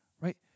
right